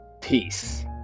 Peace